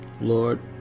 Lord